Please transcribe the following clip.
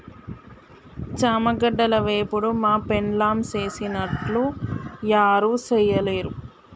చామగడ్డల వేపుడు మా పెండ్లాం సేసినట్లు యారు సెయ్యలేరు